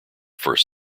first